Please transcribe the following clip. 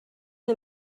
una